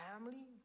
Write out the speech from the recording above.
family